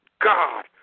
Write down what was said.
God